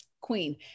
Queen